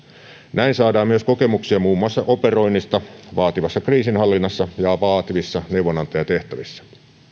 näin saadaan myös kokemuksia muun muassa operoinnista vaativassa kriisinhallinnassa ja vaativissa neuvonantajatehtävissä